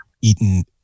eaten